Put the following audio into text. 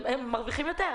הם מרוויחים יותר.